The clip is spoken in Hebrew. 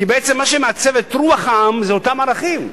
כי בעצם מה שמעצב את רוח העם זה אותם ערכים.